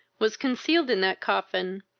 was concealed in that coffin,